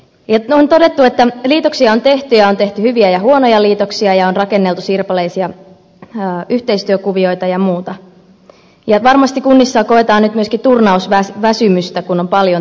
on todettu että liitoksia on tehty ja on tehty hyviä ja huonoja liitoksia ja on rakenneltu sirpaleisia yhteistyökuvioita ja muuta ja varmasti kunnissa koetaan nyt myöskin turnausväsymystä kun on paljon tehty